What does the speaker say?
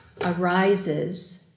arises